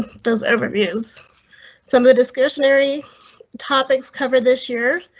does overviews some of the discretionary topics covered this year?